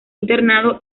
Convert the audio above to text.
internado